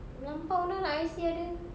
melampau nah nak I_C ada